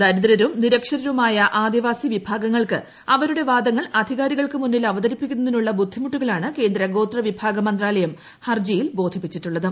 ദരിദ്രരും നിരക്ഷരരുമായ ആദിവാസി വിഭാഗങ്ങൾക്ക് അവരുടെ വാദങ്ങൾ അധികാരികൾക്ക് മുന്നിൽ അവതരിപ്പിക്കുന്നതിനുള്ള ബുദ്ധിമുട്ടുകളാണ് കേന്ദ്ര ഗോത്രവിഭാഗ മന്ത്രാലയം ഹർജിയിൽ ബോധിപ്പിച്ചിട്ടുള്ളത്